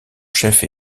chef